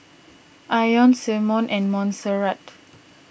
Ione Symone and Monserrat